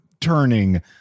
turning